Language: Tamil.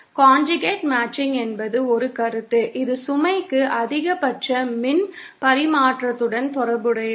கான்ஜுகேட் மேட்சிங் என்பது ஒரு கருத்து இது சுமைக்கு அதிகபட்ச மின் பரிமாற்றத்துடன் தொடர்புடையது